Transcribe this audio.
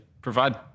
provide